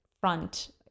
front